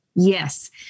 Yes